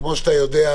כמו שאתה יודע,